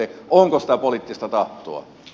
onko sitä poliittista tahtoa